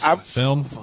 Film